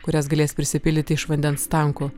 kurias galės prisipildyti iš vandens tankų